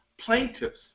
plaintiffs